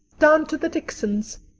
down to the dicksons.